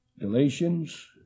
Galatians